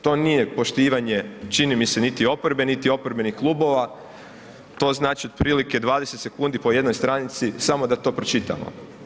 To nije poštivanje čini mi se, niti oporbe niti oporbenih klubova, to znači otprilike 20 sekundi po jednoj stranici samo da to pročitamo.